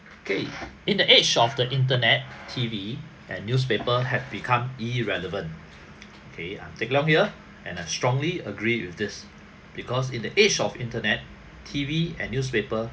K in the age of the internet T_V and newspaper have become irrelevant K take note here and I strongly agree with this because in the age of internet T_V and newspaper